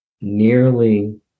nearly